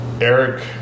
Eric